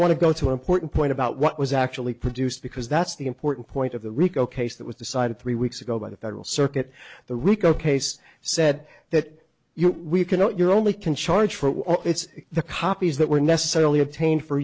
to go to important point about what was actually produced because that's the important point of the rico case that was decided three weeks ago by the federal circuit the rico case said that you we cannot your only can charge for it's the copies that were necessarily obtained for